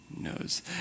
knows